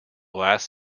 last